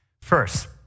First